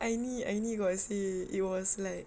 aini aini got say it was like